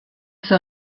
zur